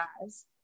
guys